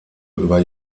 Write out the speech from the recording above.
über